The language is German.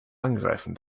angreifen